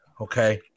Okay